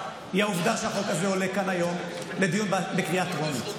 והיא העובדה שהחוק הזה עולה כאן היום לדיון בקריאה טרומית.